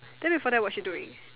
then before that what she doing